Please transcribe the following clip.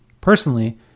Personally